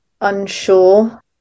unsure